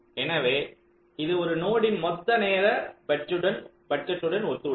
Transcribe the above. எனவே இது ஒரு நோடின் மொத்த நேர பட்ஜெட் உடன் ஒத்துள்ளது